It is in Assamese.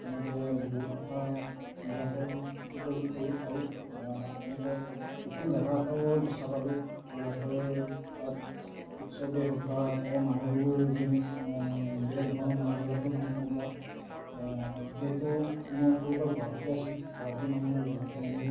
তেনেদৰে বহুত কথা নিজাকৈ শিকিবলৈ পাৰি এনেকৈ নতুন জেগা এটাও দেখা পালোঁ যোৰহাটৰ তাত উৎসৱেই হওক বা তাৰে মানুহবোৰ যেন বেলেগ ধৰণৰ মানুহ যোৰহাটৰ মানুহ কেনেকুৱা যিহেতু মই সৰুৰে পৰা গুৱাহাটীতে আছোঁ গুৱাহাটীৰ মানুহ আৰু যোৰহাটৰ মানুহ